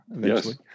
Yes